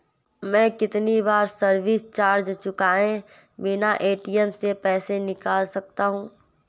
मैं कितनी बार सर्विस चार्ज चुकाए बिना ए.टी.एम से पैसे निकाल सकता हूं?